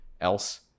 else